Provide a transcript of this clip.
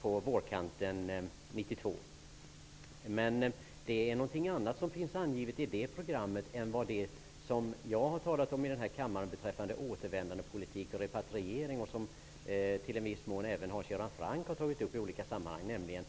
på vårkanten 1992. Men i det programmet redovisas något annat än det som jag har talat om här i kammaren, en politik för återvändande och repatriering. något som i viss mån även Hans Göran Franck har tagit upp i olika sammanhang.